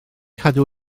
cadw